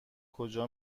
کجا